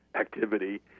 activity